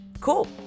cool